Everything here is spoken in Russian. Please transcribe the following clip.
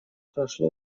прошло